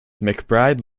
mcbride